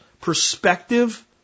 perspective